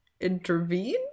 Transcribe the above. intervene